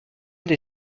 des